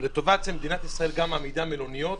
ולטובת זה מדינת ישראל מעמידה מלוניות